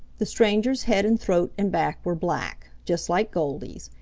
the stranger's head and throat and back were black, just like goldy's,